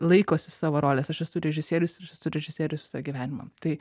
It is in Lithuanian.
laikosi savo rolės aš esu režisierius ir aš esu režisierius visą gyvenimą tai